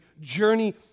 journey